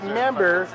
member